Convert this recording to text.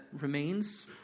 remains